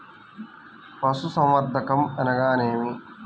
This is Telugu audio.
పశుసంవర్ధకం అనగా ఏమి?